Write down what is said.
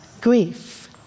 grief